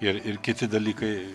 ir ir kiti dalykai